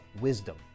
wisdom